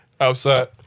Outside